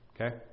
Okay